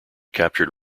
captured